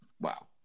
Wow